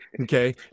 okay